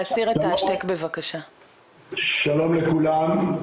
שלום לכולם.